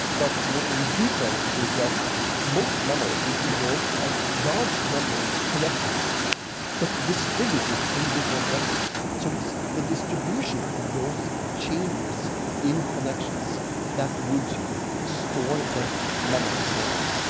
but what we do think is that most memories would involve a large number of connections but distributed in different networks. so it's the distribution of those changes in connections that would store the memory for us,